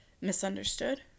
misunderstood